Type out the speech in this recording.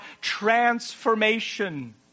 transformation